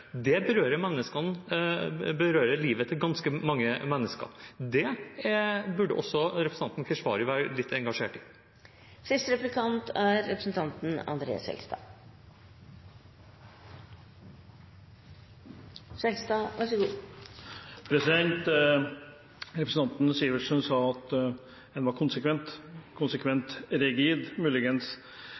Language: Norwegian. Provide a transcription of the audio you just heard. Det berører livet til ganske mange mennesker. Det burde også representanten Keshvari være litt engasjert i. Representanten Sivertsen sa at en var konsekvent – konsekvent rigid, muligens. Med interesse hørte jeg på replikkvekslingen mellom representanten Sivertsen og representanten Andersen om at etterpåklokskap er en